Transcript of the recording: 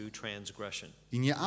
transgression